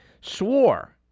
swore